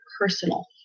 personal